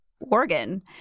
organ